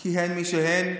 כי הן מי שהן,